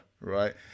right